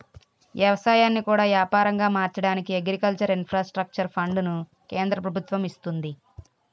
ఎవసాయాన్ని కూడా యాపారంగా మార్చడానికి అగ్రికల్చర్ ఇన్ఫ్రాస్ట్రక్చర్ ఫండును కేంద్ర ప్రభుత్వము ఇస్తంది